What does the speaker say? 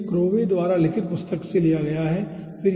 तो यह क्रोवे द्वारा लिखित पुस्तक से लिया गया है ठीक है